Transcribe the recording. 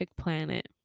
planet